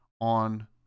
on